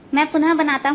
मैं पुनः बनाता हूं